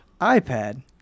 iPad